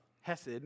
Hesed